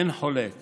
אין חולק